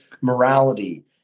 morality